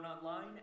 online